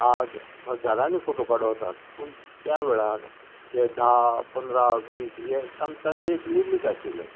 आज हजारानी फोटो काडू येतात पूण त्यावेळान ते धा पंदरा वीस यें साम् तांचे एक लिमीट आशिल्लें